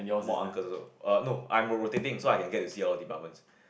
more uncles also err no I'm a rotating so I can get to see all departments